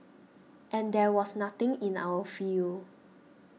and there was nothing in our field